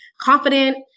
confident